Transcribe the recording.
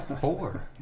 Four